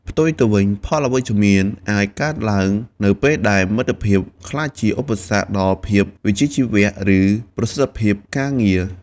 ផ្ទុយទៅវិញ ផលអវិជ្ជមាន អាចកើតឡើងនៅពេលដែលមិត្តភាពក្លាយជាឧបសគ្គដល់ភាពវិជ្ជាជីវៈ ឬប្រសិទ្ធភាពការងារ។